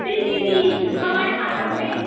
जी जी जी हमारे पार्लर में